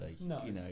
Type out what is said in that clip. no